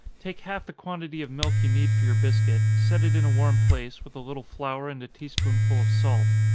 take half the quantity of milk you need for your biscuit set it in a warm place, with a little flour, and a tea-spoonful of salt.